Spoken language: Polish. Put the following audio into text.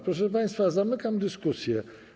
Proszę państwa, zamykam dyskusję.